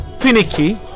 finicky